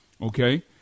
Okay